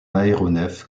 aéronef